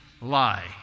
lie